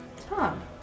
Tom